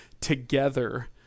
together